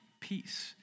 peace